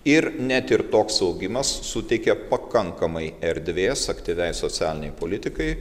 ir net ir toks augimas suteikė pakankamai erdvės aktyviai socialinei politikai